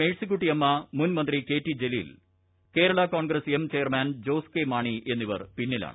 മെഴ്സിക്കുട്ടിയമ്മ മുൻമന്ത്രി ക്ട്രിട്ടീ Jaleel Kerala Congress M chairman Jose K ്രമാണ്ടി എന്നിവർ പിന്നിലാണ്